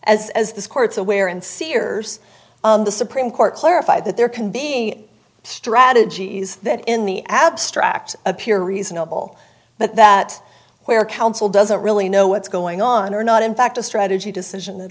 as as this court's aware and sears the supreme court clarified that there can be strategies that in the abstract appear reasonable but that where counsel doesn't really know what's going on or not in fact a strategy decision at